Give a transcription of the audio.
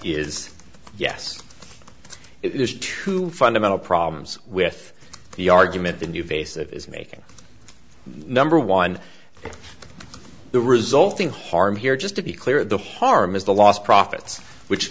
is yes it is two fundamental problems with the argument the new face it is making number one the resulting harm here just to be clear the harm is the last profits which